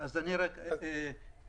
לא, רגע -- מר גראזי...